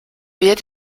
wird